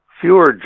fewer